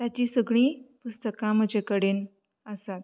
ताचीं सगळीं पुस्तकां म्हजे कडेन आसात